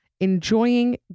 enjoying